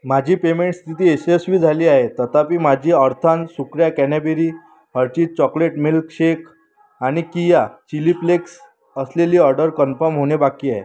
माझी पेमेंट स्थिती यशस्वी झाली आहे तथापि माझी ऑर्थान सुक्या cranberry Hershey's chocolate milk shake आणि कीया चिली प्लेक्स असलेली ऑर्डर कन्फर्म होणे बाकी आहे